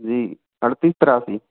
जी अड़तीस तिरासी